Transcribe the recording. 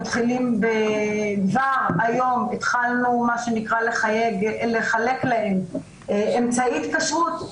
כבר היום התחלנו לחלק להם אמצעי התקשרות.